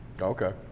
Okay